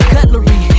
Cutlery